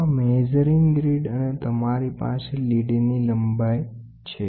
તો આ measuring grid અને તમારી પાસે લીડની લંબાઈ છે